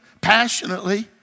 passionately